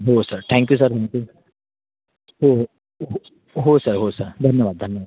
हो sir thank you sir तुमचे हो हो हो हो सर हो सर धन्यवाद धन्यवाद